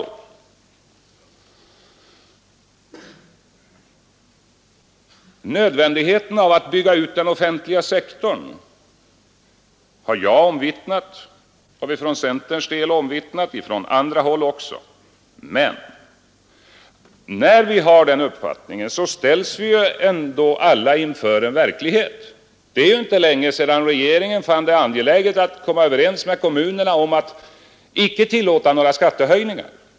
Jag har för centerns del omvittnat nödvändigheten av att bygga ut den offentliga sektorn, något som också har omvittnats från andra håll. Men alla vi som har den uppfattningen ställs ändå inför verkligheten. Det är ju inte länge sedan regeringen fann det angeläget att komma överens med kommunerna om att dessa icke skulle vidtaga några skattehöjningar.